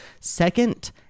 second